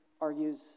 argues